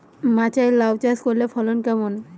মাচায় লাউ চাষ করলে ফলন কেমন?